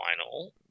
final